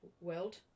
world